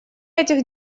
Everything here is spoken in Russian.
этих